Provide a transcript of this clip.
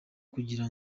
kugira